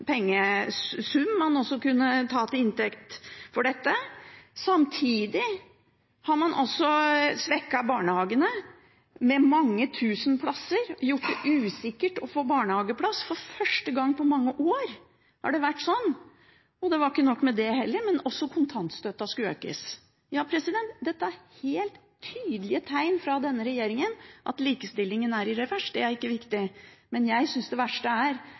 man også kunne ta til inntekt for dette. Samtidig har man svekket barnehagene med mange tusen plasser og gjort det usikkert å få barnehageplass. For første gang på mange år har det vært sånn. Og det var ikke nok med det, også kontantstøtten skulle økes. Dette er helt tydelige tegn fra denne regjeringen om at likestillingen er i revers, den er ikke viktig. Men jeg synes det verste er